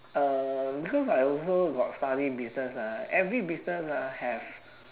uh because I also got study business ah every business ah have